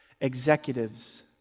Executives